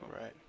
Right